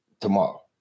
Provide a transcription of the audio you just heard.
tomorrow